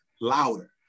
louder